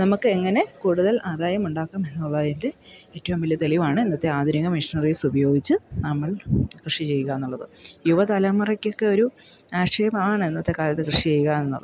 നമുക്ക് എങ്ങനെ കൂടുതൽ ആദായമുണ്ടാക്കാം എന്നുള്ളതിൻ്റെ ഏറ്റവും വലിയ തെളിവാണ് ഇന്നത്തെ ആധുനിക മെഷനറീസ് ഉപയോഗിച്ച് നമ്മൾ കൃഷി ചെയ്യുക എന്നുള്ളത് യുവതലമുറയ്ക്കൊക്കെ ഒരു ക്ഷീണം ആണ് ഇന്നത്തെ കാലത്ത് കൃഷി ചെയ്യുക എന്നുള്ളത്